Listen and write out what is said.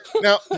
Now